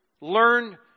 learn